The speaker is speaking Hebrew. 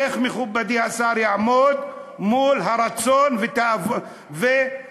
איך מכובדי השר יעמוד מול הרצון ותוכניות